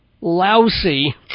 lousy